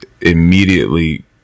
immediately